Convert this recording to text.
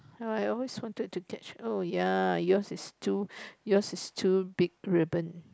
ya I always wanted to catch oh ya yours is too yours is too big ribbon